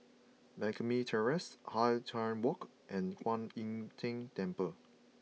Lakme Terrace Hwan Tai Walk and Kwan Im Tng Temple